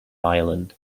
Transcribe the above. ireland